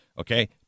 Okay